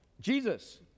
Jesus